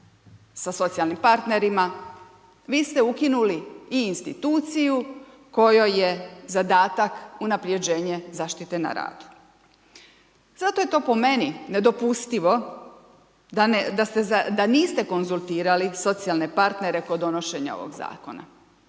sa socijalnim partnerima vi ste ukinuli i instituciju kojoj je zadatak unapređenje zaštite na radu. Zato je to po meni nedopustivo da niste konzultirali socijalne partnere kod donošenja ovoga zakona